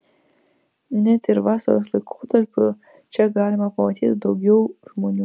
net ir vasaros laikotarpiu čia galima pamatyti daugiau žmonių